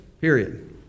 period